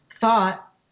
thought